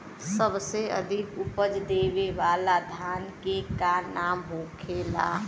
सबसे अधिक उपज देवे वाला धान के का नाम होखे ला?